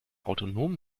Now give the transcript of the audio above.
autonomen